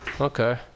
Okay